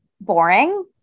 boring